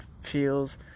feels